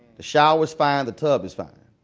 the shower's fine. the tub is fine.